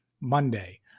Monday